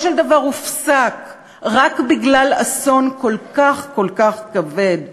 של דבר הופסק רק בגלל אסון כל כך כל כך כבד,